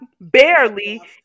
barely